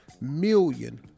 million